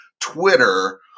Twitter